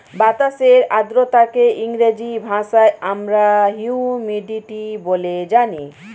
বাতাসের আর্দ্রতাকে ইংরেজি ভাষায় আমরা হিউমিডিটি বলে জানি